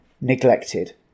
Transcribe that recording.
neglected